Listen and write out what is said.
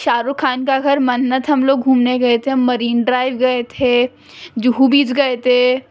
شاہ رخ خان کا گھر منت ہم لوگ گھومنے گئے تھے ہم مرینڈ ڈرائیو گئے تھے جوہو بیچ گئے تھے